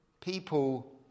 People